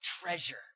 treasure